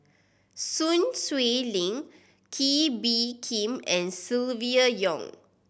Sun Xueling Kee Bee Khim and Silvia Yong